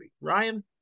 Ryan